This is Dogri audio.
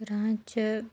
ग्रांऽ च